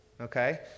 okay